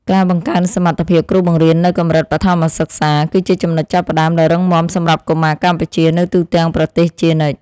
ការបង្កើនសមត្ថភាពគ្រូបង្រៀននៅកម្រិតបឋមសិក្សាគឺជាចំណុចចាប់ផ្តើមដ៏រឹងមាំសម្រាប់កុមារកម្ពុជានៅទូទាំងប្រទេសជានិច្ច។